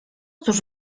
cóż